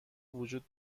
وجود